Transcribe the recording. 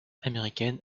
américaine